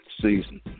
season